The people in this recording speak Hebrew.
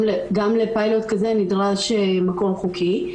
גם לפיילוט כזה נדרש מקור חוקי.